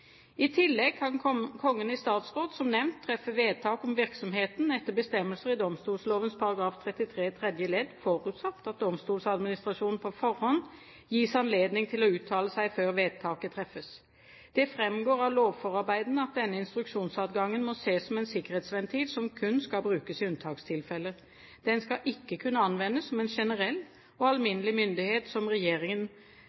I tillegg kan Kongen i statsråd som nevnt treffe vedtak om virksomheten etter bestemmelsen i domstolloven § 33 tredje ledd, forutsatt at Domstoladministrasjonen på forhånd gis anledning til å uttale seg før vedtaket treffes. Det framgår av lovforarbeidene at denne instruksjonsadgangen må ses som en sikkerhetsventil som kun skal brukes i unntakstilfeller. Den skal ikke kunne anvendes som en generell og